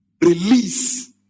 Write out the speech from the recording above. release